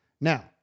Now